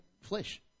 flesh